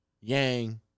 Yang